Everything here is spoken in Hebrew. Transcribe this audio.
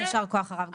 ישר כוח הרב.